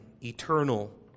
eternal